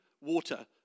water